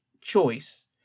choice